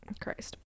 Christ